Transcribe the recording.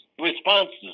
responses